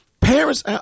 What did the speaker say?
Parents